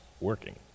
working